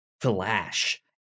flash